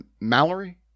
Mallory